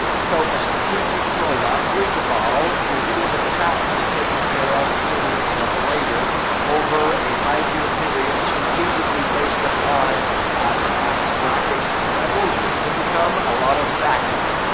so, a strategic rollout, first of all, you're getting the taxes taken care of sooner than later over a five year period strategically based upon the tax brackets, the levels, your income a lot of factors.